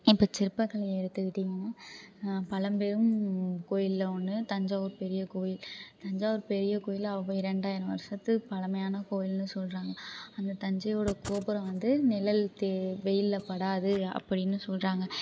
இப்போ சிற்பக்கலையை எடுத்துக்கிட்டிங்கன்னா பழம்பெரும் கோவில்ல ஒன்று தஞ்சாவூர் பெரிய கோவில் தஞ்சாவூர் பெரிய கோவில் அப்போ இரண்டாயிரம் வருஷத்து பழமையான கோவில்னு சொல்கிறாங்க அந்த தஞ்சையோட கோபுரம் வந்து நிழல் தெ வெயிலில் படாது அப்படின்னு சொல்கிறாங்க